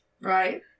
Right